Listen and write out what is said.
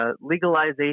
legalization